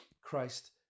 Christ